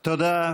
תודה.